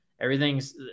Everything's